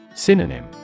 Synonym